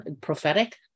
prophetic